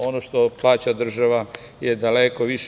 Ono što plaća država je daleko više.